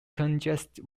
congested